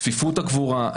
צפיפות הקבורה.